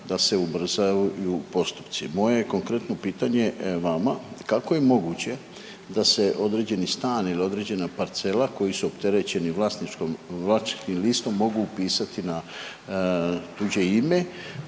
da se ubrzaju i postupci. Moje konkretno pitanje vama, kako je moguće da se određeni stan ili određena parcela koji su opterećeni vlasničkom, vlasničkim listom mogu upisati na tuđe ime